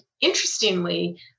interestingly